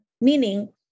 meaning